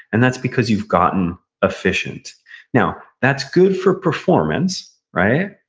and that's because you've gotten efficient now, that's good for performance, right,